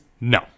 no